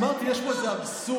אמרתי שיש פה איזה אבסורד.